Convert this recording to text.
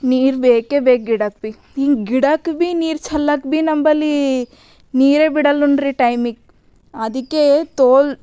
ನೀರು ಬೇಕೇ ಬೇಕು ಗಿಡಕ್ಕೆ ಭೀ ಹಿಂಗೆ ಗಿಡಕ್ಕೆ ಭೀ ನೀರು ಚೆಲ್ಲಾಕ ಭೀ ನಂಬಳಿ ನೀರೇ ಬಿಡೆಲುಂದ್ರಿ ಟೈಮಿಗೆ ಅದಕ್ಕೆ ತೋಲ್